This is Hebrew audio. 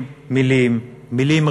מילים, מילים.